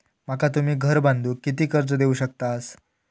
माका तुम्ही घर बांधूक किती कर्ज देवू शकतास?